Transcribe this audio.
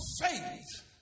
faith